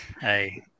Hey